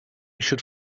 should